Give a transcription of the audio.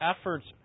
efforts